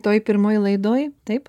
toj pirmoj laidoj taip